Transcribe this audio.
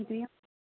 ꯑꯗꯨ ꯌꯥꯝ